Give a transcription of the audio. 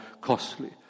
costly